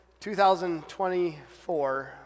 2024